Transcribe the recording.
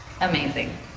amazing